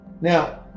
Now